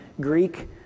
Greek